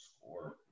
score